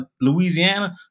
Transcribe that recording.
Louisiana